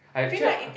I actually